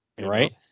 Right